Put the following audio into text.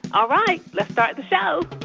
all right, let's start the show